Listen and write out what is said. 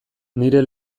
nire